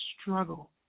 struggle